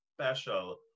special